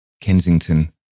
Kensington